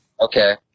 Okay